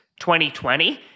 2020